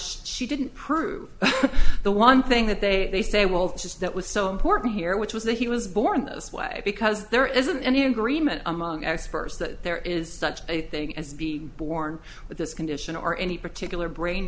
she didn't prove the one thing that they they say well just that was so important here which was that he was born this way because there isn't any agreement among experts that there is such a thing as being born with this condition or any particular brain